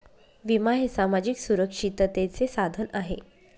विमा हे सामाजिक सुरक्षिततेचे साधन आहे